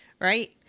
Right